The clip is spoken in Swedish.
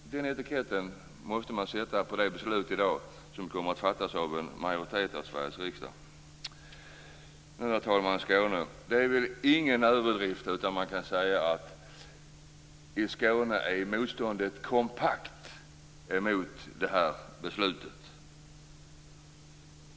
Den etiketten måste man sätta på det beslut som i dag kommer att fattas av en majoritet av Sveriges riksdag. Så, herr talman, några ord om Skåne. Det är nog ingen överdrift att säga att i Skåne är motståndet mot det här beslutet kompakt.